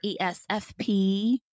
ESFP